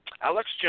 Alex